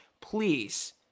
please